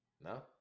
no